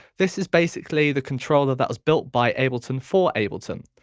this is basically the controller that was built by ableton for ableton.